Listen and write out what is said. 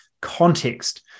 context